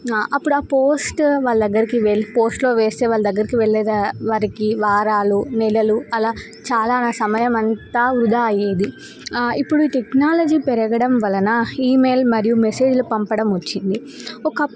అప్పుడు ఆ పోస్ట్ వాళ్ళ దగ్గరికి వెళ్ళి పోస్ట్లో వేస్తే వాళ్ళ దగ్గరికి వెళ్ళే వారికి వారాలు నెలలు అలా చాలా సమయం అంతా వృధా అయ్యేది ఇప్పుడు ఈ టెక్నాలజీ పెరగడం వలన ఈమెయిల్ మరియు మెసేజ్లు పంపడం వచ్చింది ఒక